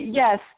yes